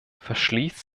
verschließt